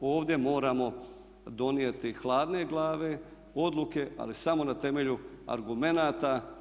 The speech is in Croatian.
Ovdje moramo donijeti gladne glave odluke, ali samo na temelju argumenata.